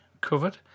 covered